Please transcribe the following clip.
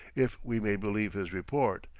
if we may believe his report,